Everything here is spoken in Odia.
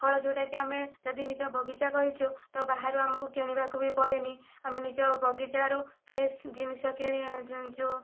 ଫଳ ଯେଉଁଟାକି ଆମେ ଯଦି ନିଜ ବଗିଚା କରିଛୁ ତ ବାହାରୁ ଆମକୁ କିଣିବାକୁ ବି ପଡ଼େନି ଆମେ ନିଜ ବଗିଚାରୁ ଫ୍ରେସ ଜିନିଷ କିଣି ଯେଉଁ